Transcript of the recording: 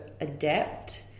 adapt